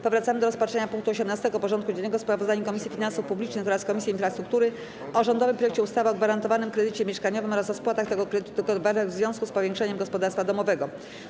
Powracamy do rozpatrzenia punktu 18. porządku dziennego: Sprawozdanie Komisji Finansów Publicznych oraz Komisji Infrastruktury o rządowym projekcie ustawy o gwarantowanym kredycie mieszkaniowym oraz o spłatach tego kredytu dokonywanych w związku z powiększeniem gospodarstwa domowego.